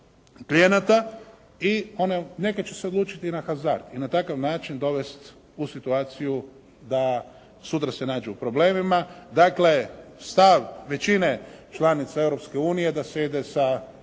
klijenata i neke će se odlučiti na hazar i na takav način dovest u situaciju da sutra se nađe u problemima. Dakle, stav većine članica Europske